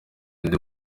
undi